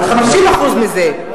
על 50% מזה.